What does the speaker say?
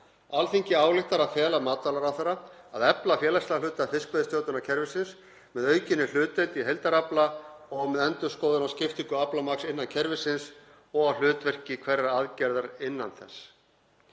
„Alþingi ályktar að fela matvælaráðherra að efla félagslega hluta fiskveiðistjórnarkerfisins með aukinni hlutdeild í heildarafla og með endurskoðun á skiptingu aflamagns innan kerfisins og á hlutverki hverrar aðgerðar innan þess.“